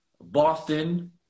Boston